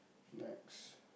next